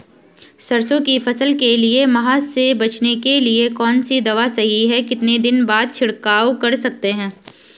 सरसों की फसल के लिए माह से बचने के लिए कौन सी दवा सही है कितने दिन बाद छिड़काव कर सकते हैं?